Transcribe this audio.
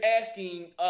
asking